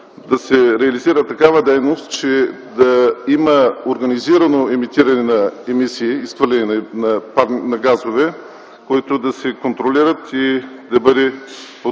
да се реализира такава дейност, че да има организирано емитиране на емисии, изхвърляне на газове, които да се контролират, тази дейност